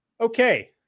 Okay